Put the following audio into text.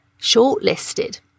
shortlisted